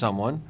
someone